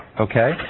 Okay